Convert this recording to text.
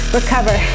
recover